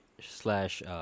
Slash